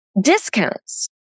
discounts